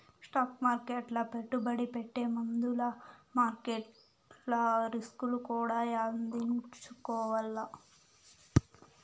stock మార్కెట్ల పెట్టుబడి పెట్టే ముందుల మార్కెట్ల రిస్కులు కూడా యాదించుకోవాల్ల